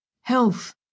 health